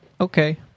okay